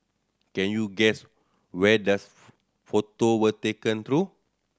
can you guess where these photo were taken though